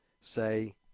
say